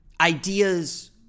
ideas